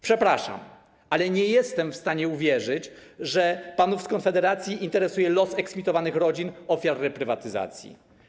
Przepraszam, ale nie jestem w stanie uwierzyć, że panów z Konfederacji interesuje los eksmitowanych rodzin, ofiar reprywatyzacji.